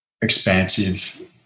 expansive